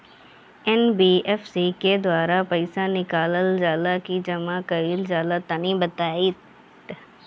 NBFC के द्वारा पईसा निकालल जला की जमा कइल जला तनि बताई?